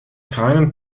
keinem